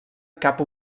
cap